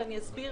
ואני אסביר